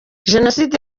jenoside